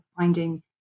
finding